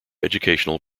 educational